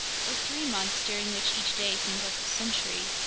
for three months, during which each day seemed like a century,